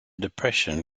depression